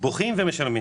בוכים ומשלמים.